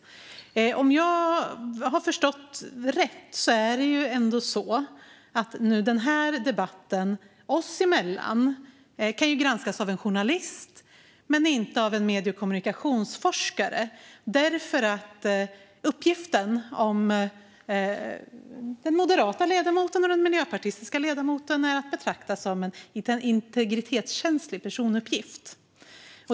Om jag har förstått det rätt kan denna debatt oss emellan granskas av en journalist men inte av en medie och kommunikationsforskare eftersom uppgiften om den moderata ledamoten och den miljöpartistiska ledamoten är att betrakta som en integritetskänslig personuppgift.